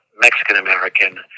Mexican-American